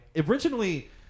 originally